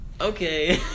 okay